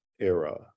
era